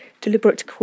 deliberate